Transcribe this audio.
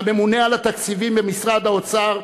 הממונה על התקציבים במשרד האוצר,